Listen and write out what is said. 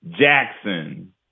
Jackson